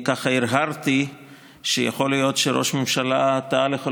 האזנתי ותיארתי לעצמי שכל חבריי וחברותיי ידברו על הקשיים